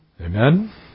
Amen